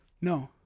No